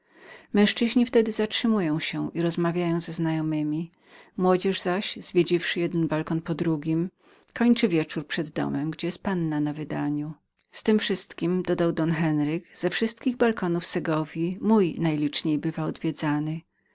męzczyzni wtedy zatrzymują się i rozmawiają ze znajomemi młodzież zaś zwiedziwszy jeden balkon po drugim kończy wieczór przed domem gdzie jest panna na wydaniu z tem wszystkiem dodał don enriquez ze wszystkich balkonów segowji mój najliczniej bywa odwiedzanym